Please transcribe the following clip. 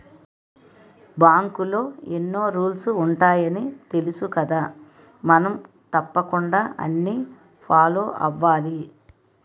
బాంకులో ఎన్నో రూల్సు ఉంటాయని తెలుసుకదా మనం తప్పకుండా అన్నీ ఫాలో అవ్వాలి